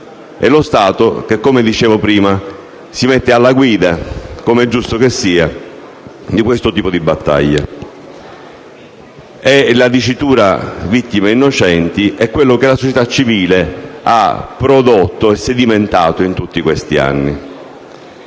e lo Stato che, come ho detto, si mette alla guida, com'è giusto che sia, di questa battaglia. La dicitura «vittime innocenti» è quello che la società civile ha prodotto e sedimentato in tutti questi anni.